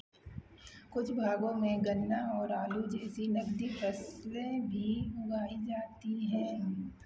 कुछ भागों में गन्ना और आलू जैसी नकदी फ़सलें भी उगाई जाती हैं